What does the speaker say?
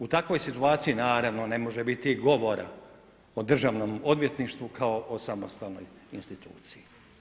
U takvoj situaciji naravno ne može biti govora o državnom odvjetništvu kao o samostalnoj instituciji.